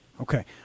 okay